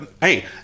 Hey